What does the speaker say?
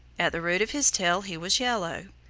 at the root of his tail he was yellow.